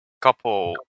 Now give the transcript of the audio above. couple